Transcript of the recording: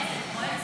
מועצת, מועצת.